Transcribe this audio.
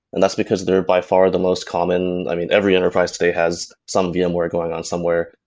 and that's because they're by far the most common every enterprise today has some vmware going on somewhere.